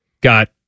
got